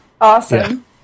Awesome